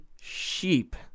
sheep